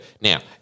Now